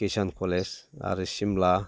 किसान college आरो सिमला